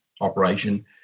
operation